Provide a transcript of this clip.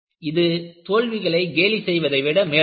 இது தோல்விகளை கேலி செய்வதை விட மேலானது